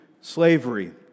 slavery